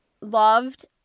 loved